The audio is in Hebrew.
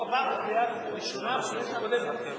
החוק עבר בקריאה ראשונה בכנסת הקודמת.